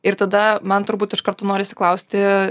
ir tada man turbūt iš karto norisi klausti